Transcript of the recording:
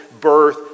birth